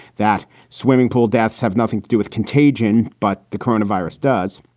that swimming pool deaths have nothing to do with contagion. but the coronavirus does.